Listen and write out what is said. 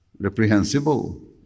reprehensible